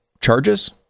charges